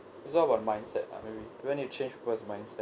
it's not about mindset lah maybe when you change people's mindset